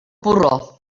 porró